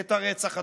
את הרצח הטרוריסטי.